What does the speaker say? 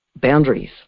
boundaries